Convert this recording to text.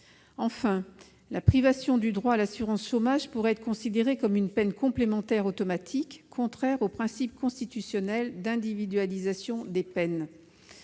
Enfin, la privation du droit à l'assurance chômage pourrait être considérée comme une peine complémentaire automatique, contraire au principe constitutionnel d'individualisation des peines.